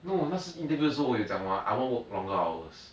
no 那时 interview 的时候我有讲 mah I want to work longer hours